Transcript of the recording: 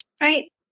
Right